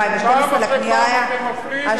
בקריאה שנייה.